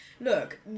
look